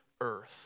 earth